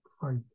fight